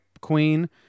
Queen